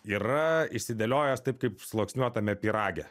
yra išsidėliojęs taip kaip sluoksniuotame pyrage